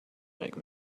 make